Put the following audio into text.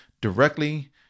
directly